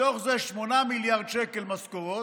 מתוך זה 8 מיליארד שקל משכורות,